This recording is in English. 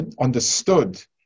understood